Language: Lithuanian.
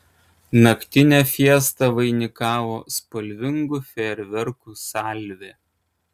naktinę fiestą vainikavo spalvingų fejerverkų salvė